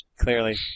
Clearly